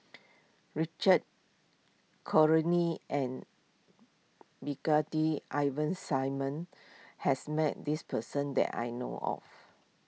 Richard and Brigadier Ivan Simon has met this person that I know of